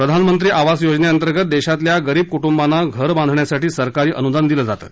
प्रधानमंत्री आवास योजनेअंतर्गत देशातल्या गरीब कुटुंबांना घर बांधण्यासाठी सरकारी अनुदान दिलं जातं